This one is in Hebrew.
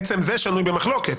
עצם זה שנוי במחלוקת,